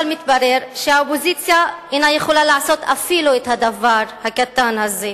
אבל מתברר שהאופוזיציה אינה יכולה לעשות אפילו את הדבר הקטן הזה,